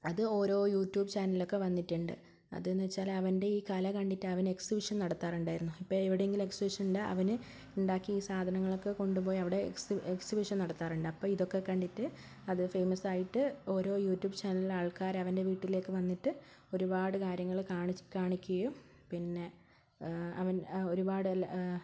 അത് ഓരോ യൂട്യൂബ് ചാനലിലൊക്കെ വന്നിട്ടുണ്ട് അത് എന്നു വച്ചാൽ അവൻ്റെ ഈ കല കണ്ടിട്ട് അവൻ എക്സിബിഷൻ നടത്താറുണ്ടായിരുന്നു ഇപ്പോൾ എവിടെയെങ്കിലും എക്സിബിഷനുണ്ടെങ്കിൽ അവൻ ഉണ്ടാക്കിയ ഈ സാധനങ്ങളൊക്കെ കൊണ്ടുപോയി അവിടെ എക്സിബിഷൻ നടത്താറുണ്ട് അപ്പോൾ ഇതൊക്കെ കണ്ടിട്ട് അത് ഫെയിമസ്സായിട്ട് ഓരോ യൂട്യൂബ് ചാനലിലെ ആൾക്കാരവൻ്റെ വീട്ടിലേയ്ക്ക് വന്നിട്ട് ഒരുപാട് കാര്യങ്ങൾ കാണിച്ച് കാണിക്കുകയും പിന്നെ അവൻ ഒരുപാട്